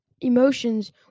emotions